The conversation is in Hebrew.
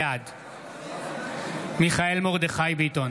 בעד מיכאל מרדכי ביטון, בעד